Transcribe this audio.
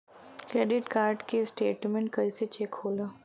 Credit card के statement कइसे check होला?